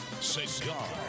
Cigar